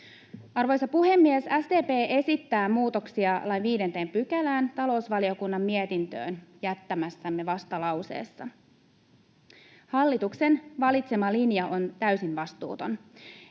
Arvoisa puhemies! SDP esittää muutoksia lain 5 §:ään talousvaliokunnan mietintöön jättämässämme vastalauseessa. Hallituksen valitsema linja on täysin vastuuton.